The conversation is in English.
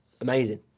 amazing